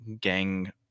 gang